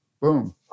boom